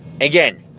Again